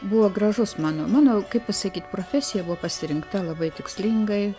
buvo gražus mano mano kaip pasakyt profesija buvo pasirinkta labai tikslingai